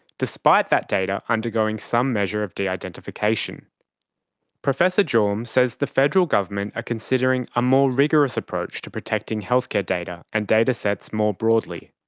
despite that data undergoing some measure of de-identification. professor jorm says the federal government are ah considering a more rigorous approach to protecting healthcare data and datasets more broadly.